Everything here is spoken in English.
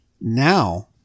now